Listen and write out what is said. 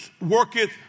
worketh